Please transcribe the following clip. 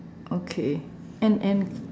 okay and and